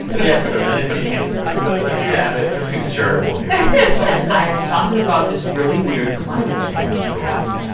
yes, sir. that is the answer. i'm going to let you have it that seems charitable of you i am talking about this really weird climate change story.